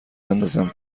بندازم